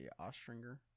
Ostringer